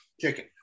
Chicken